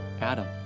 Adam